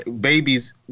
babies